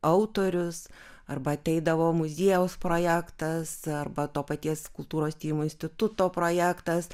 autorius arba ateidavo muziejaus projektas arba to paties kultūros tyrimo instituto projektas